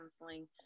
counseling